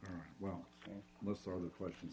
best well most of the questions